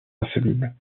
insolubles